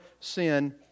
sin